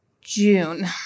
June